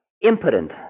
impotent